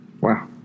Wow